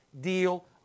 deal